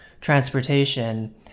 transportation